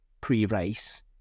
pre-race